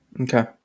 Okay